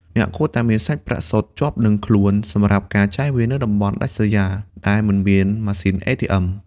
អ្នកគួរតែមានសាច់ប្រាក់សុទ្ធខ្លះជាប់នឹងខ្លួនសម្រាប់ការចាយវាយនៅតំបន់ដាច់ស្រយាលដែលមិនមានម៉ាស៊ីន ATM។